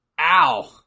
Ow